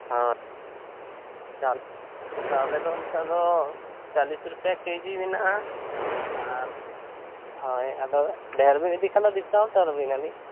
ᱦᱳᱭ ᱪᱟᱣᱞᱮ ᱪᱟᱣᱞᱮ ᱫᱚ ᱚᱱᱠᱟᱫᱚ ᱪᱟᱞᱞᱤᱥ ᱨᱩᱯᱤᱭᱟ ᱠᱮᱡᱤ ᱢᱮᱱᱟᱜᱼᱟ ᱟᱨ ᱦᱳᱭ ᱟᱫᱚ ᱰᱷᱮᱨ ᱵᱮᱱ ᱤᱫᱤ ᱠᱷᱟᱱ ᱫᱚ ᱰᱤᱥᱠᱟᱭᱩᱱᱴ ᱟᱹᱵᱤᱱᱟᱞᱤᱧ